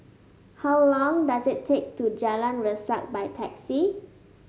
how long does it take to get to Jalan Resak by taxi